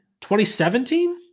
2017